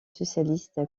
socialiste